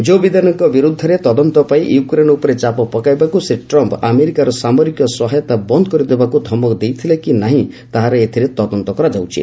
କୋ ବିଦେନ୍ଙ୍କ ବିରୁଦ୍ଧରେ ତଦନ୍ତ ପାଇଁ ୟୁକ୍ରେନ୍ ଉପରେ ଚାପ ପକାଇବାକୁ ଶ୍ରୀ ଟ୍ରମ୍ପ୍ ଆମେରିକାର ସାମରିକ ସହାୟତା ବନ୍ଦ୍ କରିଦେବାକୁ ଧମକ ଦେଇଥିଲେ କି ନାର୍ହି ତାହାର ଏଥିରେ ତଦନ୍ତ କରାଯାଉଛି